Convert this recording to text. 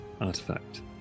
Artifact